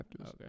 okay